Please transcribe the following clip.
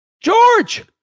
George